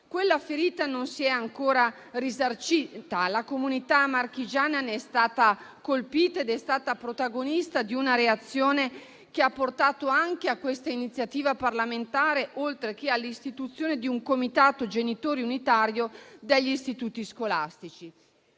Quella ferita non si è ancora rimarginata: la comunità marchigiana ne è stata colpita ed è stata protagonista di una reazione che ha portato anche a questa iniziativa parlamentare, oltre che all'istituzione di un comitato genitori unitario degli istituti scolastici.